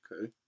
Okay